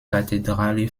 kathedrale